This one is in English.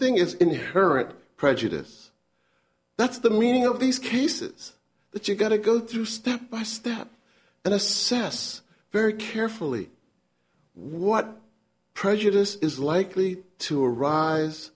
thing is in her prejudice that's the meaning of these cases that you've got to go through step by step and assess very carefully what prejudice is likely to rise